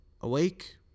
awake